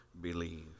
believe